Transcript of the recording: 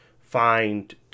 find